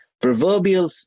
proverbial